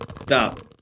Stop